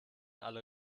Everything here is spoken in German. alle